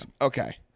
Okay